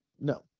No